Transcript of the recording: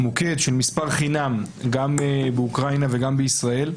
מוקד של מספר חינם גם באוקראינה וגם בישראל,